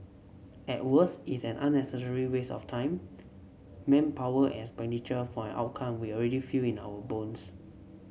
at worst it's an unnecessary waste of time manpower expenditure for an outcome we already feel in our bones